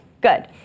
good